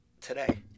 today